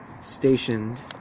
stationed